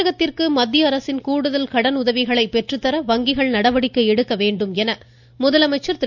தமிழகத்திற்கு மத்திய அரசின் கூடுதல் கடனுதவிகளை பெற்றுத்தர வங்கிகள் நடவடிக்கை எடுக்க வேண்டும் என முதலமைச்சர் திரு